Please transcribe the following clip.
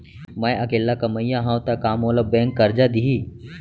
मैं अकेल्ला कमईया हव त का मोल बैंक करजा दिही?